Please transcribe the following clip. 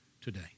today